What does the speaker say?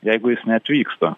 jeigu jis neatvyksta